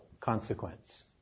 consequence